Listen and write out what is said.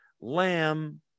lamb